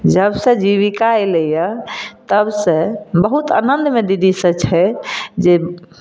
जब से जीबिका अयलै यऽ तब से बहुत आनंदमे दीदी सब छै जे